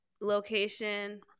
location